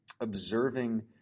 observing